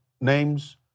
names